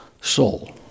soul